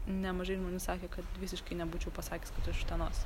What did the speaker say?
nemažai žmonių sakė kad visiškai nebūčiau pasakęs kad iš utenos